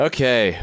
Okay